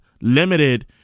limited